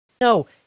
No